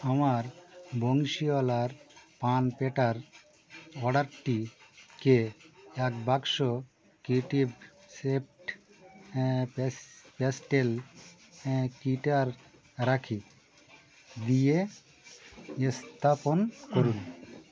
আমার বংশীওয়ালার পান অর্ডারটিকে এক বাক্স ক্রিয়েটিভ সেপ্ট প্যাস প্যাস্টেল রাখি দিয়ে স্থাপন করুন